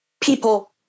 people